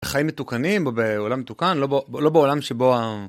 חיים מתוקנים בעולם מתוקן לא ב.. לא בעולם שבו ה..